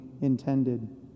intended